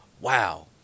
wow